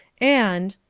and,